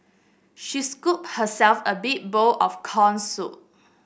she scooped herself a big bowl of corn soup